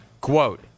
Quote